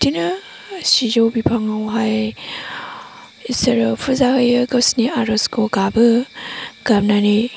एदिनो सिजौ बिफाङावहाय बिसोरो फुजा होयो गावसिनि आरजखौ गाबो गाबनानै